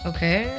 Okay